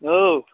औ